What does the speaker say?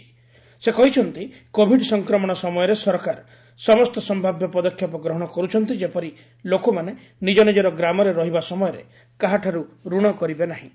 ପ୍ରଧାନମନ୍ତ୍ରୀ କହିଛନ୍ତି କୋଭିଡ ସଂକ୍ରମଣ ସମୟରେ ସରକାର ସମସ୍ତ ସମ୍ଭାବ୍ୟ ପଦକ୍ଷେପ ଗ୍ରହଣ କରୁଛନ୍ତି ଯେପରି ଲୋକମାନେ ନିଜନିଜର ଗ୍ରାମରେ ରହିବା ସମୟରେ କାହାଠାରୁ ଋଣ କରିବେ ନାହିଁ